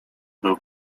był